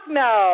no